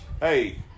Hey